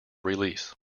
release